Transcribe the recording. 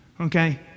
Okay